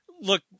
Look